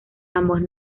ambos